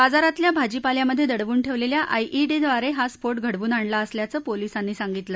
बाजारातल्या भाजीपाल्यामधे दडवून ठेवलेल्या आयईडी ब्रारे हा स्फोट घडवून आणला असल्याचं पोलीसांनी सांगितलं